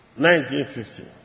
1950